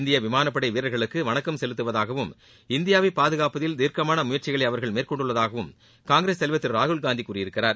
இந்திய விமானப்படை வீரர்களுக்கு வணக்கம் செலுத்துவதாகவும் இந்தியாவை பாதுகாப்பதில் திர்க்கமான முயற்சிகளை அவர்கள் மேற்கொண்டுள்ளதாகவும் காங்கிரஸ் தலைவர் திரு ராகுல் கூறியிருக்கிறார்